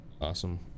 Awesome